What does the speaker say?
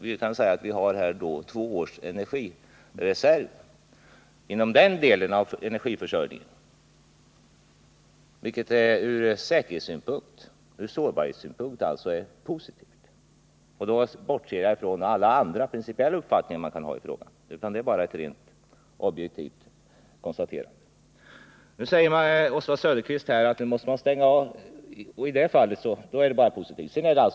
Vi kan säga att vi har upp till två års energireserv inom den delen av energiförsörjningen, vilket ur säkerhetsoch sårbarhetssynpunkt alltså är positivt. Då bortser jag från alla andra principiella uppfattningar som man kan ha i frågan — detta är ett rent objektivt konstaterande. I det fallet är det alltså bara positivt med kärnkraft.